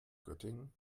göttingen